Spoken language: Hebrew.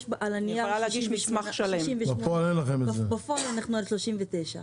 על הנייר 68 ובפועל אנחנו על 39 משרות.